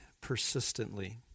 persistently